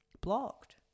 blocked